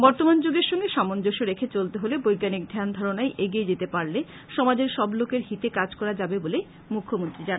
বর্তমান যুগের সঙ্গে সামঞ্জস্য রেখে চলতে হলে বৈজ্ঞানিক ধ্যান ধারনায় এগিয়ে যেতে পারলে সমাজের সব লোকের হিতে কাজ করা যাবে বলে মুখ্যমন্ত্রী জানান